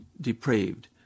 depraved